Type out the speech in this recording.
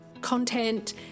content